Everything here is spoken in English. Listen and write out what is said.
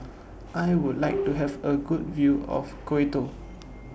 I Would like to Have A Good View of Quito